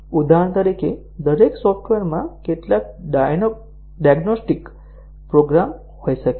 ઉદાહરણ તરીકે દરેક સોફ્ટવેરમાં કેટલાક ડાયગ્નોસ્ટિક પ્રોગ્રામ હોઈ શકે છે